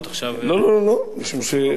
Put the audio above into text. משום שאפשר להוכיח